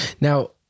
Now